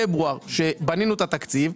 פברואר כשבנינו את התקציב,